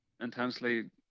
intensely